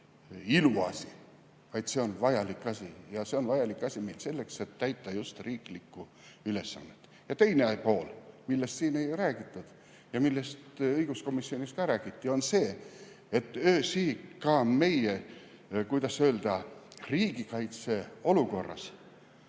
iluasi, vaid see on vajalik asi. See on vajalik asi selleks, et täita just riiklikku ülesannet. Teine pool, millest siin ei räägitud, aga millest õiguskomisjonis räägiti, on see, et öösihikut on ka meie, kuidas öelda, riigikaitse olukorras